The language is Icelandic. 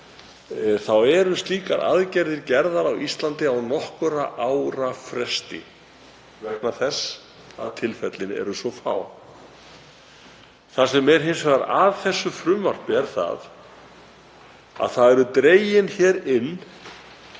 þá eru slíkar aðgerðir gerðar á Íslandi á nokkurra ára fresti vegna þess að tilfellin eru svo fá. Það sem er hins vegar að þessu frumvarpi er að dregnir eru inn